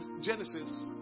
Genesis